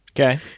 Okay